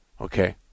Okay